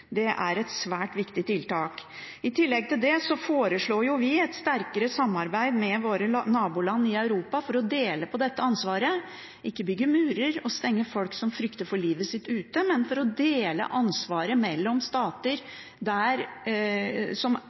Det er et svært viktig tiltak. I tillegg foreslår vi et sterkere samarbeid med våre naboland i Europa for å dele på dette ansvaret – ikke bygge murer og stenge folk som frykter for livet sitt, ute, men dele ansvaret mellom stater som